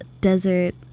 desert